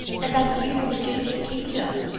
and that you would give me a kingdom.